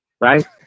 Right